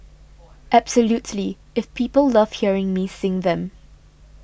absolutely if people love hearing me sing them